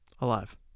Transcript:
Alive